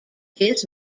his